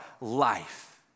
life